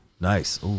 Nice